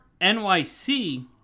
NYC